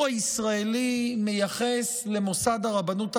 הישראלי מייחס למוסד הרבנות הראשית,